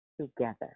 together